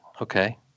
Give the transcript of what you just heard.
okay